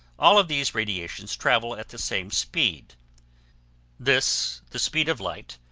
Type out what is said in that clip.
all of these radiations travel at the same speed this, the speed of light,